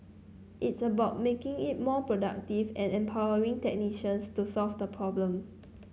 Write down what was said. it's about making it more productive and empowering technicians to solve the problem